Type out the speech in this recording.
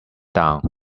down